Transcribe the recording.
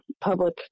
public